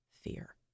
fear